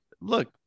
look